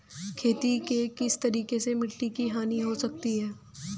खेती के किस तरीके से मिट्टी की हानि हो सकती है?